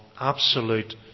absolute